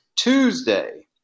Tuesday